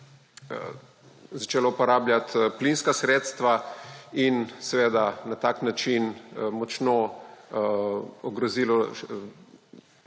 začelo uporabljati plinska sredstva in seveda na tak način močno ogrozilo